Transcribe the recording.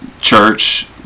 church